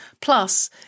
Plus